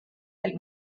del